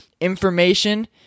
information